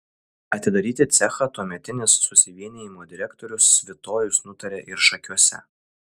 atidaryti cechą tuometinis susivienijimo direktorius svitojus nutarė ir šakiuose